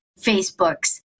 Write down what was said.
Facebook's